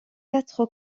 quatre